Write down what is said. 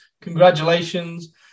Congratulations